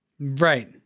Right